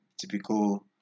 typical